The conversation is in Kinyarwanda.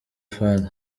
fung